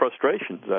frustrations